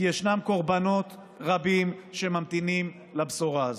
כי ישנם קורבנות רבים שממתינים לבשורה הזאת.